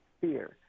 fear